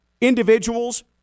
Individuals